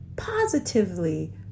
positively